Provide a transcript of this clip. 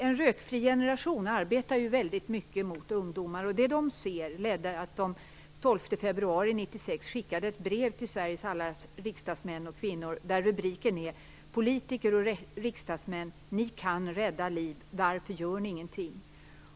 En Rökfri Generation arbetar mycket med ungdomar. Den 12 februari 1996 skickade man ett brev till Sveriges alla riksdagsledamöter. Rubriken är: Politiker och riksdagsmän - ni kan rädda liv. Varför gör ni ingenting?